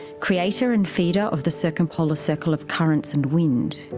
creator and feeder of the circumpolar circle of currents and wind.